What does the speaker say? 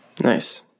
nice